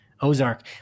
Ozark